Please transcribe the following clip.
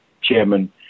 chairman